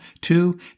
two